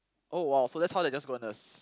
oh !wow! so that's how they are just going to